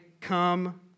come